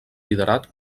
liderat